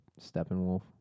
Steppenwolf